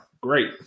Great